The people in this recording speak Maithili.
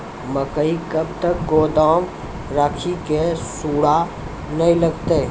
मकई कब तक गोदाम राखि की सूड़ा न लगता?